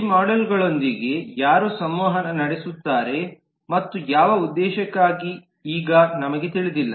ಈ ಮಾಡ್ಯೂಲ್ಗಳೊಂದಿಗೆ ಯಾರು ಸಂವಹನ ನಡೆಸುತ್ತಾರೆ ಮತ್ತು ಯಾವ ಉದ್ದೇಶಕ್ಕಾಗಿ ಈಗ ನಮಗೆ ತಿಳಿದಿಲ್ಲ